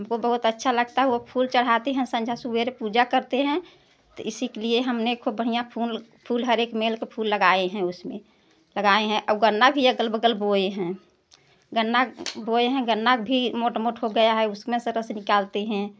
हमको बहुत अच्छा लगता है वो फूल चढ़ाते है संझा सबेरे पूजा करते हैं तो इसी के लिए हमने खूब बढ़िया फूल फूल हरेक मेल के फूल लगाए हैं उसमें लगाए हैं और गन्ना भी अगल बगल बोये हैं गन्ना बोये हैं गन्ना भी मोट मोट हो गया है उसमें से रस निकालते हैं